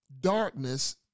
darkness